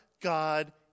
God